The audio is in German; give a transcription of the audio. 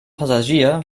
passagier